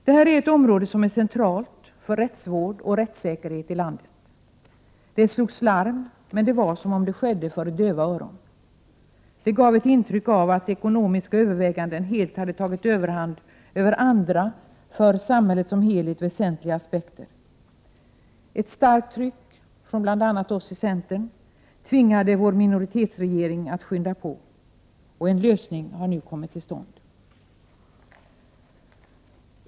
Det är ett område som är centralt för rättsvård och rättssäkerhet i landet. Det slogs larm, men det var som om det skedde för döva öron. Det gav ett intryck av att ekonomiska överväganden helt hade tagit överhanden över andra för samhället som helhet väsentliga aspekter. Ett starkt tryck från bl.a. oss i centern tvingade vår minoritetsregering att skynda på, och en lösning har nu kommit till stånd.